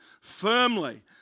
firmly